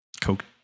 Coke